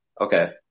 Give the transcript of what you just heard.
Okay